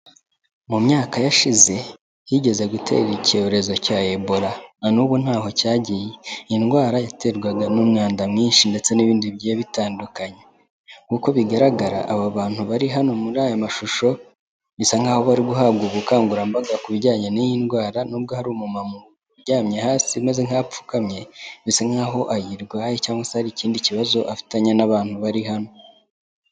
Mu myaka yashize higeze gutera icyorezo cya Ebola, na n'ubu ntaho cyagiye, iyi ndwara yaterwaga n'umwanda mwinshi ndetse n'ibindi bigiye bitandukanye, nk'uko bigaragara aba bantu bari hano muri aya mashusho, bisa nk'aho bari guhabwa ubukangurambaga ku bijyanye n'iyi ndwara, nubwo hari umuntu uryamye hasi umeze nk'aho apfukamye, bisa nk'aho ayirwaye cyangwa se hari ikindi kibazo afitanye n'abantu bari hano.